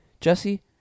Jesse